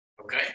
Okay